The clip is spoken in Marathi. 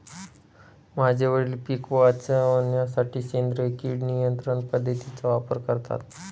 माझे वडील पिक वाचवण्यासाठी सेंद्रिय किड नियंत्रण पद्धतीचा वापर करतात